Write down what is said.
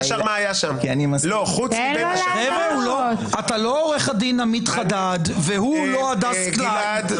אתה לא עורך הדין עמית חדד והוא לא הדס קליין,